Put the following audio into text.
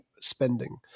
spending